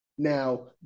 Now